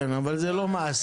כן, אבל זה לא מעשי.